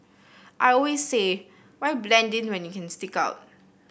I always say why blend in when you can stick out